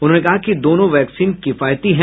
उन्होंने कहा कि दोनों वैक्सीन किफायती हैं